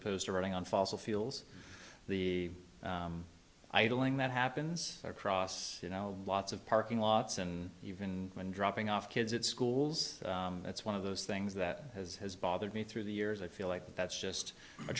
opposed to running on fossil fuels the idling that happens across you know lots of parking lots and even when dropping off kids at schools that's one of those things that as has bothered me through the years i feel like that's just a